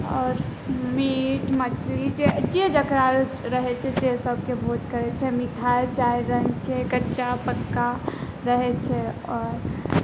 आओर मीट मछली जे जे जकरा रहै छै से सबके भोज करै छै मिठाइ चारि रङ्गके कच्चा पक्का रहै छै आओर